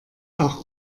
auch